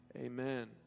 amen